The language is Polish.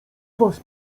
was